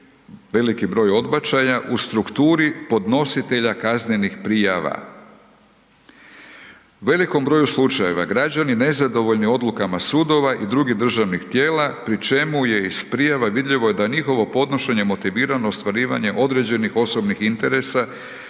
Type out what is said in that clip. veliki broj odbačaja u strukturi podnositelja kaznenih prijava. U velikom broju slučajeva građani nezadovoljni odlukama sudova i drugih državnih tijela pri čemu je iz prijava vidljivo da je njihovo podnošenje motivirano ostvarivanje određenih osobnih interesa